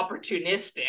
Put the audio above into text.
opportunistic